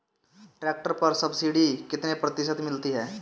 Tractor पर subsidy कितने प्रतिशत मिलती है?